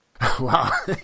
Wow